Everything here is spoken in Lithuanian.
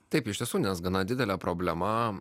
taip iš tiesų nes gana didelė problema